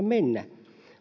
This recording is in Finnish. mennä